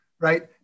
right